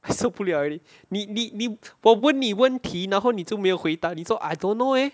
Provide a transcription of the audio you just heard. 受不了 already 你你你我问你问题然后你就没有回答你说 I don't know eh